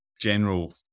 general